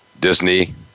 Disney